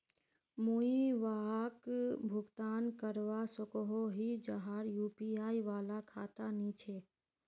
मुई वहाक भुगतान करवा सकोहो ही जहार यु.पी.आई वाला खाता नी छे?